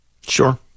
Sure